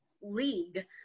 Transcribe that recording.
league